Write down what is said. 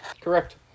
Correct